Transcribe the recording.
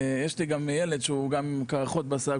יש לי גם ילד שהוא גם עם קרחות בשיער,